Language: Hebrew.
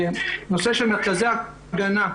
נושא של מרכזי הגנה.